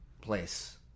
place